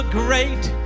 great